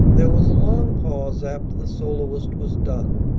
there was a long pause after the soloist was done,